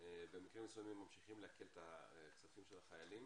במקרים מסוימים ממשיכים לעקל את הכספים של החיילים